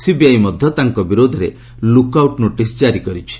CBI ମଧ୍ୟ ତାଙ୍କ ବିରୋଧରେ ଲୁକ୍ ଆଉଟ୍ ନୋଟିସ୍ ଜାରି କରିଛି